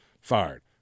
Fired